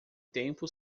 tempo